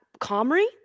Comrie